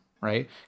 right